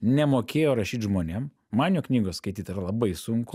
nemokėjo rašyt žmonėm man jo knygos skaityt yra labai sunku